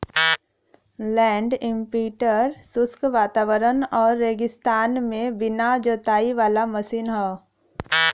land imprinter शुष्क वातावरण आउर रेगिस्तान में बिना जोताई वाला मशीन हौ